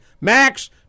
Max